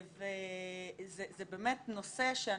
זה באמת נושא שהוא